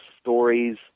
stories